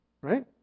right